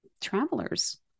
travelers